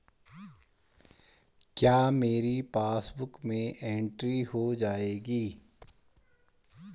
क्या मेरी पासबुक में एंट्री हो जाएगी?